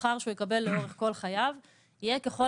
השכר שהוא יקבל לאורך כל חייו יהיה ככל